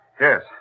Yes